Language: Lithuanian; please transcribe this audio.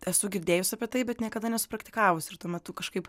esu girdėjus apie tai bet niekada nesu praktikavus ir tuo metu kažkaip